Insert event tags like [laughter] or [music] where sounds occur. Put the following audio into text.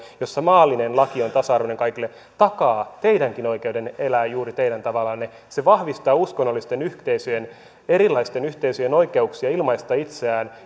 jossa maallinen laki on tasa arvoinen kaikille takaa teidänkin oikeutenne elää juuri teidän tavallanne se vahvistaa uskonnollisten yhteisöjen erilaisten yhteisöjen oikeuksia ilmaista itseään [unintelligible]